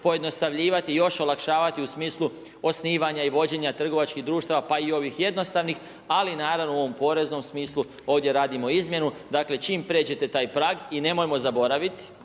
pojednostavljivati još olakšavati u smislu osnivanja i vođenja trgovačkih društava pa i ovih jednostavnih, ali naravno u ovom poreznom smislu ovdje radimo izmjenu, dakle čim pređete taj prag. I nemojmo zaboravit,